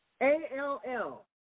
A-L-L